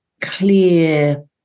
clear